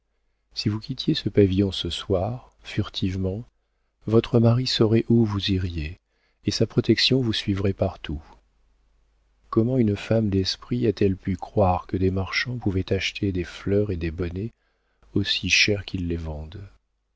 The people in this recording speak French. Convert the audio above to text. si vous quittiez ce pavillon ce soir furtivement votre mari saurait où vous iriez et sa protection vous suivrait partout comment une femme d'esprit a-t-elle pu croire que des marchands pouvaient acheter des fleurs et des bonnets aussi cher qu'ils les vendent